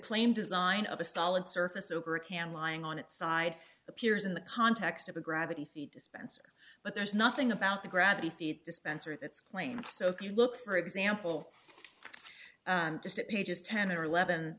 claim design of a solid surface over a can lying on its side appears in the context of a gravity feed dispenser but there's nothing about the gravity feed dispenser that's claimed so if you look for example just pages ten or eleven